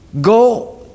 go